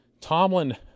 Tomlin